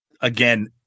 Again